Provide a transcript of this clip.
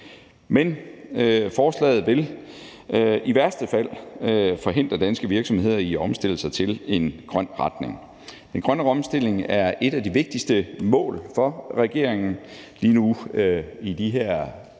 Men forslaget vil i værste fald forhindre danske virksomheder i at omstille sig i en grøn retning. Den grønne omstilling er et af de vigtigste mål for regeringen. Lige nu, inden for